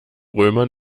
römer